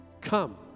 come